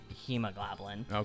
Hemoglobin